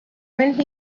when